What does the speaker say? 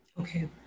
Okay